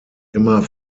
immer